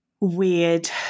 weird